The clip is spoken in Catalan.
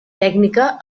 tècnica